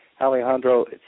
Alejandro